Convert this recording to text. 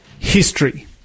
History